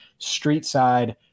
Streetside